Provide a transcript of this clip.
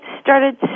started